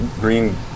green